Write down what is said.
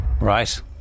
Right